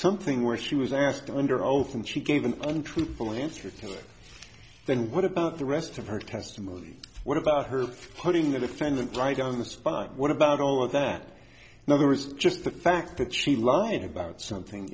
something where she was asked under oath and she gave an untruthful answer then what about the rest of her testimony what about her putting the defendant right on the spot what about all of that now there was just the fact that she lied about something